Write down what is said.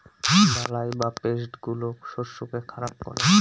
বালাই বা পেস্ট গুলো শস্যকে খারাপ করে